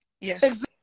Yes